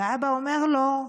והאבא אומר לו: